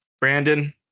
Brandon